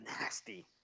nasty